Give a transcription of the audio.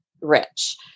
rich